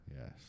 Yes